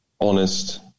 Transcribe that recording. honest